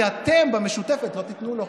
כי אתם במשותפת לא תיתנו לו.